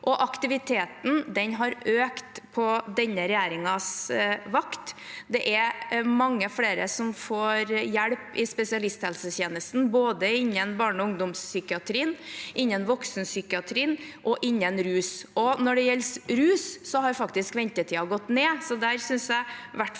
Aktiviteten har økt på denne regjeringens vakt. Det er mange flere som får hjelp i spesialisthelsetjenesten, både innen barne- og ungdomspsykiatrien, innen voksenpsykiatrien og innen rus, og når det gjelder rus, har faktisk ventetiden gått ned. Så der synes jeg i hvert fall